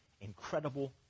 incredible